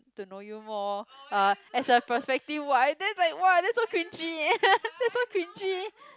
to know you more uh as a prospective wife that's like !wow! that's so cringy that's so cringy